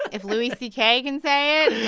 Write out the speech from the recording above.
if louis c k. can say it,